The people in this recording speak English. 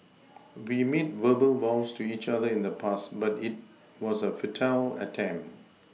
we made verbal vows to each other in the past but it was a futile attempt